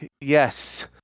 yes